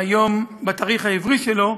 בתאריך העברי שלו,